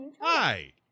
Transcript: Hi